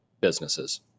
businesses